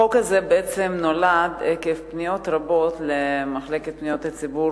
החוק הזה נולד עקב פניות רבות למחלקת פניות הציבור